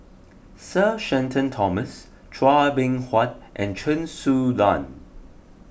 Sir Shenton Thomas Chua Beng Huat and Chen Su Lan